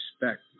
respect